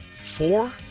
Four